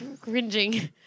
cringing